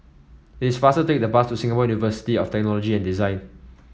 it's faster to take the bus to Singapore University of Technology and Design